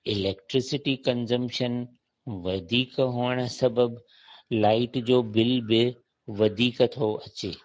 electricity consumption वधीक हुअणु सबबु लाइट जो ॿिल बि वधीक थो अचे